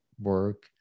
work